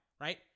right